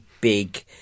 big